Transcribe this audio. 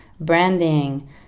branding